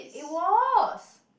it was